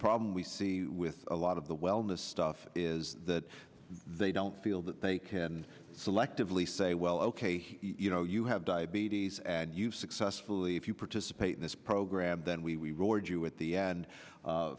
problem we see with a lot of the wellness stuff is that they don't feel that they can selectively say well ok he you know you have diabetes and you successfully if you participate in this program then we roared you at the end